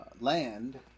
land